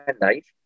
life